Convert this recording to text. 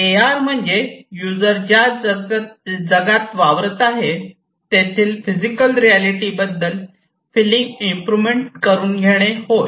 ए R म्हणजे user ज्या जगात वावरत आहे तेथील फिजिकल रियालिटी बद्दल फ़िलिंग इंप्रूमेंट करून घेणे होय